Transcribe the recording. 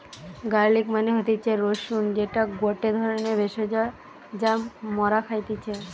garlic মানে হতিছে রসুন যেটা গটে ধরণের ভেষজ যা মরা খাইতেছি